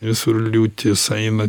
visur liūtys eina